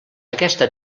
aquesta